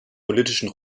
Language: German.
politischen